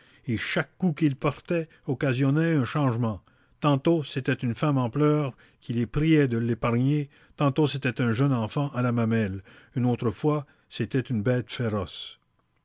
et chaque coup qu'ils portaient occasionnait un changement tantôt c'était une femme en pleurs qui les priait de l'épargner tantôt c'était un jeune enfant à la mamelle une autre fois c'était une bête féroce